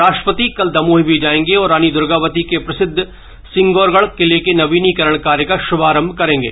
राष्ट्रपति कल दमोह भी जाएंगे और रानी दूर्गावती के प्रसिद्ध सिंगौरगढ़ किले के नवीनीकरण कार्य का श्भारम्भ करेंगे